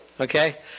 okay